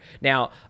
Now